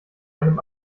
einem